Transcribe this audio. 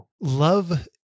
love